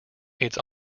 its